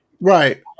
right